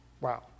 Wow